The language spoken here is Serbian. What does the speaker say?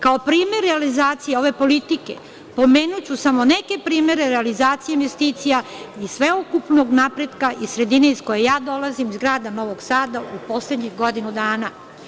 Kao primer realizacije ove politike pomenuću samo neke primere realizacije investicija i sveukupnog napretka iz sredine iz koje ja dolazim, iz grada Novog Sada u poslednjih godinu dana.